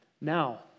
Now